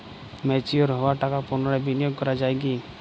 Mature হওয়া টাকা পুনরায় বিনিয়োগ করা য়ায় কি?